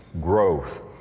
growth